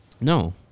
No